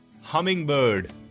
hummingbird